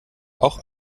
auch